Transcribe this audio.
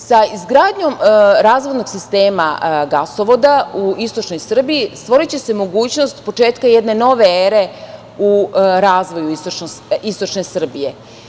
Sa izgradnjom razvodnog sistema gasovoda u istočnoj Srbiji stvoriće se mogućnost početka jedne nove ere u razvoju istočne Srbije.